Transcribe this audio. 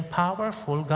powerful